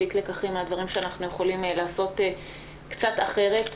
להפיק לקחים על דברים שאנחנו יכולים לעשות קצת אחרת.